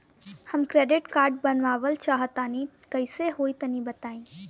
हम credit card बनवावल चाह तनि कइसे होई तनि बताई?